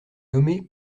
nommé